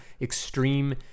extreme